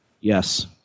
Yes